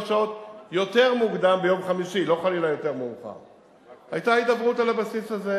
לחיילים להגיע כמה שעות יותר מאוחר ביום ראשון,